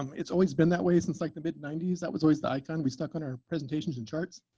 um it's always been that way since like the mid ninety s. that was always the icon we stuck on our presentations and charts.